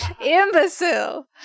Imbecile